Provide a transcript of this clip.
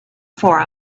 for